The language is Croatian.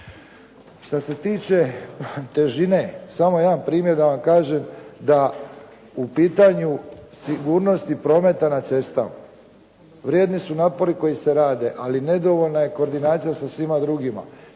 Šta se tiče težine samo jedan primjer da vam kažem da u pitanju sigurnosti prometa na cestama, vrijedni su napori koji se rade ali nedovoljna je koordinacija sa svima drugima.